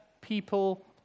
people